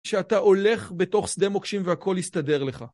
שאתה הולך בתוך שדה מוקשים והכל יסתדר לך.